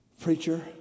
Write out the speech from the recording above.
Preacher